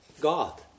God